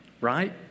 right